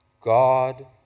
God